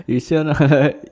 you sure a not